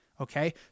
Okay